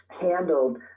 handled